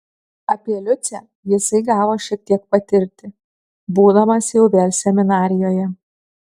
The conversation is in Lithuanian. apie liucę jisai gavo šiek tiek patirti būdamas jau vėl seminarijoje